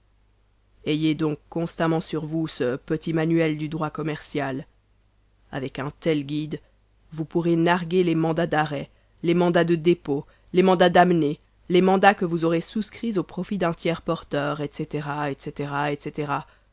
ayez donc constamment sur vous ce petit manuel du droit commercial avec un tel guide vous pourrez narguer les mandats d'arrêts les mandats de dépôts les mandats d'amener les mandats que vous aurez souscrits au profit d'un tiers porteur etc etc etc